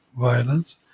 violence